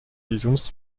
visums